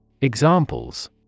Examples